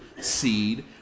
seed